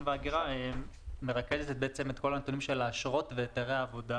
וההגירה מרכזת את כל הנתונים של האשרות והיתרי העבודה